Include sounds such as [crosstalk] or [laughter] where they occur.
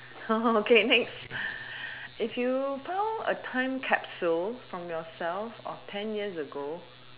[laughs] okay next if you found a time capsule from yourself of ten years ago